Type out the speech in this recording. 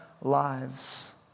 lives